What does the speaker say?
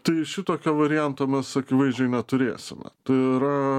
tai šitokio varianto mes akivaizdžiai neturėsime tai yra